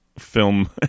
film